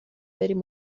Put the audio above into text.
بریم